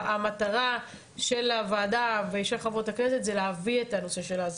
המטרה של הוועדה ושל חברות הכנסת היא להביא את הנושא של האזיק.